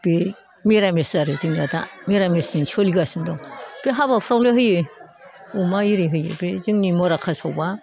बे निरामिस आरो जोंनिया दा निरामिसजों सोलिगासिनो दं बे हाबाफ्रावलाय होयो अमा आरि होयो बे जोंनि मरा कासावबा